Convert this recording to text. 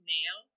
Nail